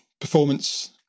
performance